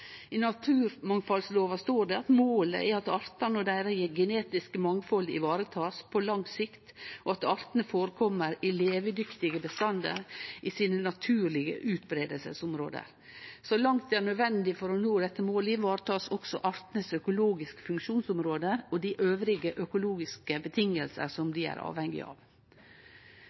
I naturmangfaldlova står det: «Målet er at artene og deres genetiske mangfold ivaretas på lang sikt og at artene forekommer i levedyktige bestander i sine naturlige utbredelsesområder. Så langt det er nødvendig for å nå dette målet ivaretas også artenes økologiske funksjonsområder og de øvrige økologiske betingelsene som de er avhengige av.»